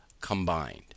combined